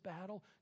battle